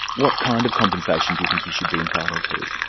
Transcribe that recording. what kind of compensation do you think he should be entitled to?